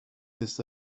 this